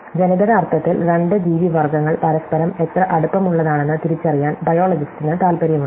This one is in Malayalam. ജനിതക അർത്ഥത്തിൽ രണ്ട് ജീവിവർഗ്ഗങ്ങൾ പരസ്പരം എത്ര അടുപ്പമുള്ളതാണെന്ന് തിരിച്ചറിയാൻ ബയോളജിസ്റ്റിന് താൽപ്പര്യമുണ്ട്